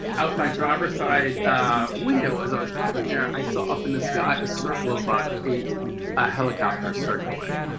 out my driver side ah window as i was driving there i saw up in the sky a circle of about eight ah helicopters circling.